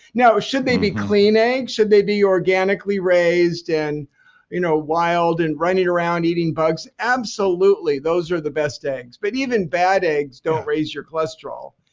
now, should they be clean eggs? should they be organically raised and you know wild and running around eating bugs? absolutely. those are the best eggs. but even bad eggs don't raise your cholesterol.